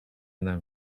nam